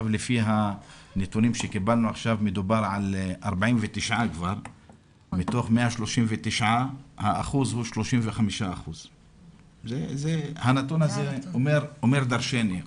לפי הנתונים שקיבלנו עכשיו מדובר כבר על 49. מתוך 139 השיעור הוא 35%. הנתון הזה אומר דרשני,